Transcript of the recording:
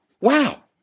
Wow